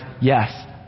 yes